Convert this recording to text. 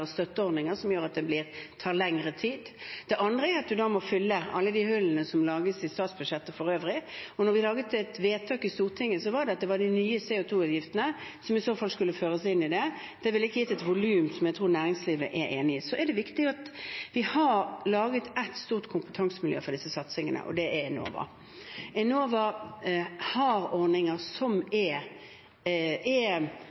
støtteordninger som gjør at det tar lengre tid. Det andre er at en da må fylle alle hullene som lages i statsbudsjettet for øvrig. Da man gjorde et vedtak i Stortinget, var det de nye CO 2 -avgiftene som i så fall skulle føres inn i det. Det ville ikke gitt et volum jeg tror næringslivet er enig i. Så er det viktig at vi har laget ett stort kompetansemiljø for disse satsingene, og det er Enova. Enova har ordninger som allerede er